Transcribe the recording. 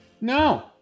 No